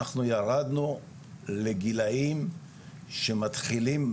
אנחנו ירדנו לגילאים שמתחילים,